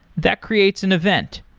that creates an event.